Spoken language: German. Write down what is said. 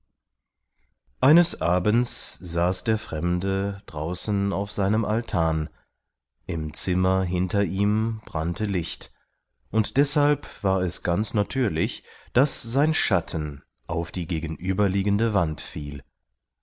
eines abends saß der fremde draußen auf seinem altan im zimmer hinter ihm brannte licht und deshalb war es ganz natürlich daß sein schatten auf die gegenüberliegende wand fiel